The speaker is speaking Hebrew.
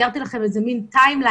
ציירתי לכם מעין time line